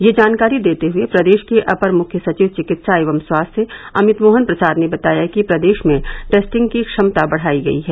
यह जानकारी देते हुए प्रदेश के अपर मुख्य सचिव चिकित्सा एवं स्वास्थ्य अमित मोहन प्रसाद ने बताया कि प्रदेश में टेस्टिंग की क्षमता बढ़ाई गई है